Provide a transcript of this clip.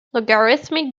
logarithmic